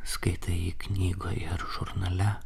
skaitai jį knygoje ar žurnale